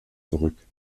zurück